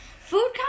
Food